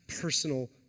personal